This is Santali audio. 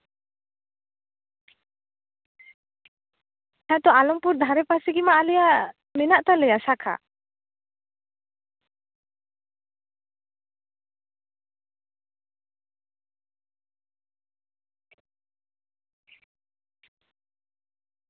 ᱦᱮᱸᱛᱚ ᱟᱞᱚᱢᱯᱩᱨ ᱫᱷᱟᱨᱮ ᱯᱟᱥᱮ ᱜᱮᱢᱟ ᱟᱞᱮᱭᱟᱜ ᱢᱮᱱᱟᱜ ᱛᱟᱞᱮᱭᱟ ᱥᱟᱠᱷᱟ